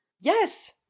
Yes